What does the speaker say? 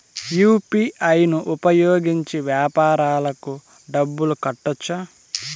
UPI ను ఉపయోగించి వ్యాపారాలకు డబ్బులు కట్టొచ్చా?